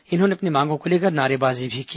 इन्होंने अपनी मांगों को लेकर नारेबाजी भी की